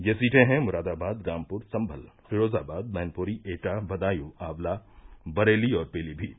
ये सीटें हैं मुरादाबाद रामपुर सम्भल फिरोजाबाद मैनपुरी एटा बदायूँ आंवला बरेली और पीलीमीत